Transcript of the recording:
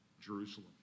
Jerusalem